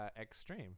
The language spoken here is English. Extreme